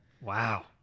Wow